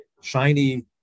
shiny